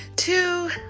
two